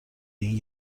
این